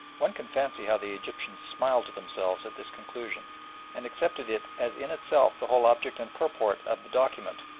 one can fancy how the egyptians smiled to themselves at this conclusion and accepted it as in itself the whole object and purport of the document.